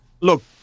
Look